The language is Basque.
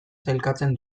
sailkatzen